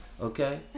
okay